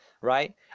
right